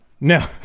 No